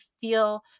feel